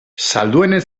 salduenen